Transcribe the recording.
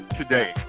today